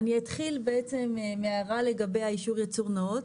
בעצם מההערה לגבי האישור ייצור נאות.